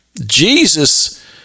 Jesus